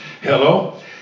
hello